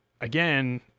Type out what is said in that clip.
again